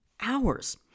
hours